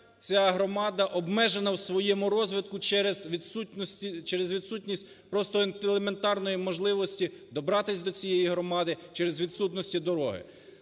ця громада обмежена в своєму розвитку через відступіть просто елементарної можливості добратися до цієї громади через відсутності дороги.